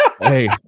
Hey